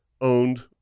owned